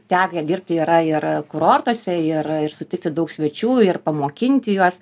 tekę dirbti yra ir kurortuose ir ir sutikti daug svečių ir pamokinti juos